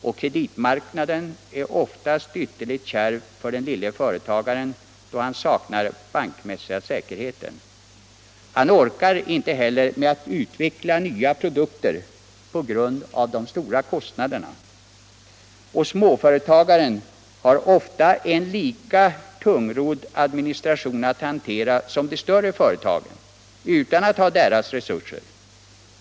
Och kreditmarknaden är oftast ytterligt kärv för den lille företagaren, då han saknar bankmässiga säkerheter. Han orkar inte heller med att utveckla nya produkter på grund av de stora kostnaderna. Och småföretagaren har ofta en lika tungrodd administration att hantera som de större företagen — utan att ha deras resurser.